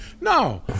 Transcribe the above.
no